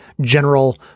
general